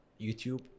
youtube